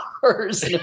cars